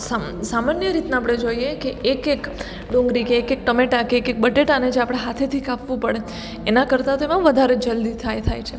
સામાન્ય રીતના આપણે જોઈએ કે એક એક ડુંગળી કે એક એક ટમેટાં કે એક એક બટેટાને જે આપણે હાથેથી કાપવું પડે એના કરતાં તેમાં વધારે જલદી થાય થાય છે